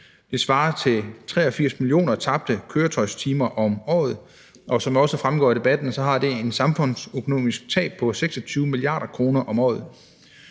Det svarer til 83 millioner tabte køretøjstimer om året. Og som det også er fremgået af debatten, har det et samfundsøkonomisk tab på 26 mia. kr. om året.